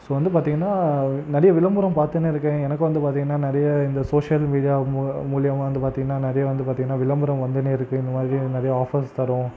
so வந்து பார்த்திங்கன்னா நிறைய விளம்பரம் பார்த்துனுருக்கன் எனக்கும் வந்து பார்த்திங்கன்னா நிறைய இந்த சோசியல் மீடியா மூலயமா வந்து பார்த்திங்கன்னா நிறையா வந்து பார்த்திங்கன்னா விளம்பரம் வந்துனேருக்குது இந்தமாதிரி நிறைய ஆஃபர்ஸ் தரோம்